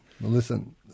Listen